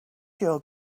your